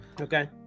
Okay